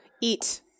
eat